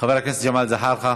חבר הכנסת ג'מאל זחאלקה,